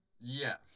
Yes